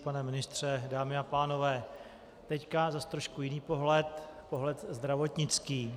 Pane ministře, dámy a pánové, teď zase trošku jiný pohled, pohled zdravotnický.